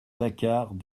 placards